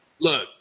Look